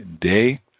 day